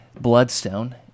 bloodstone